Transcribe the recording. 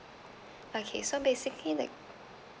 okay so basically the